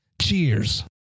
Cheers